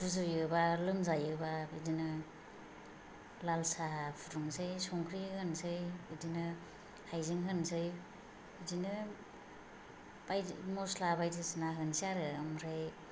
गुजुयोबा लोमजायोबा बिदिनो लाल साहा फुदुंसै संख्रि होनोसै बिदिनो हाइजें होनोसै बिदिनो बायदि मसला बायदिसिना होनोसै आरो आमफ्राय